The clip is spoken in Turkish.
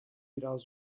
biraz